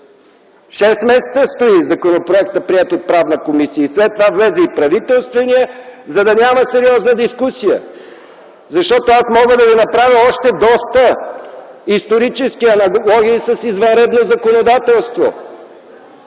месеца стои законопроектът приет от Правната комисия, след това влезе и правителственият, за да няма сериозна дискусия, защото аз мога да ви направя още доста исторически аналогии с извънредно законодателство.